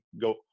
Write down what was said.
go